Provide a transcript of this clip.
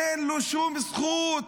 אין לו שום זכות,